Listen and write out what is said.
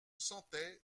sentais